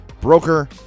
broker